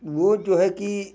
वो जो है कि